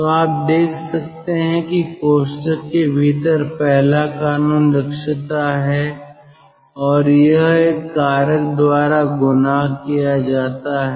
तो आप देखते हैं कि कोष्ठक के भीतर पहला कानून दक्षता है और यह एक कारक द्वारा गुणा किया जाता है